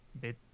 bit